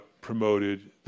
promoted